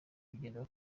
kugenda